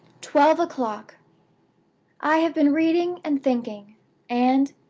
twelve o'clock i have been reading and thinking and,